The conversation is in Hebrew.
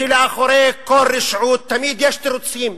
שמאחורי כל רשעות תמיד יש תירוצים.